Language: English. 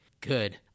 good